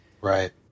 Right